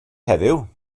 heddiw